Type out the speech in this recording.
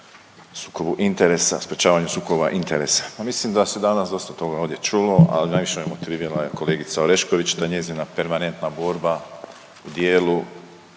sukobu interesa, sprječavanju sukoba interesa. A mislim da se danas dosta toga ovdje čulo, ali najviše me motivirala kolegica Orešković, ta njezina permanentna borba dijelu